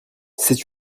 c’est